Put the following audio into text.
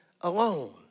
alone